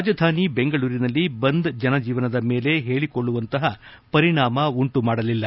ರಾಜಧಾನಿ ದೆಂಗಳೂರಿನಲ್ಲಿ ಬಂದ್ ಜನಜೀವನದ ಮೇಲೆ ಹೇಳಿಕೊಳ್ಳುವಂತಪ ಪರಿಣಾಮ ಉಂಟುಮಾಡಲಿಲ್ಲ